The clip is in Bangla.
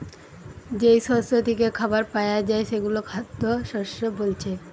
যেই শস্য থিকে খাবার পায়া যায় সেগুলো খাদ্যশস্য বোলছে